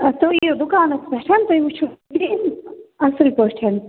اَدٕ تُہۍ یِیِو دُکانَس پیٚٹھ تُہۍ وُچھِو قٲلیٖن اَصٕل پاٹھۍ